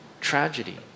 tragedy